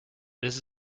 this